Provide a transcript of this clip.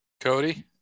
Cody